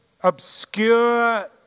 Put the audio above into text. obscure